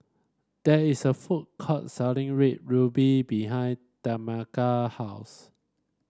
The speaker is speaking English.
there is a food court selling Red Ruby behind Tameka house